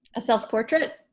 a self-portrait?